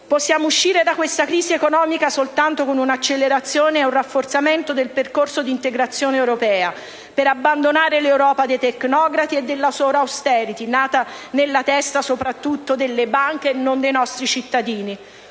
Possiamo uscire da questa crisi economica soltanto con un'accelerazione ed un rafforzamento del percorso di integrazione europea, per abbandonare l'Europa dei tecnocrati e della sola *austerity*, nata nella teste soprattutto delle banche, non dei nostri cittadini.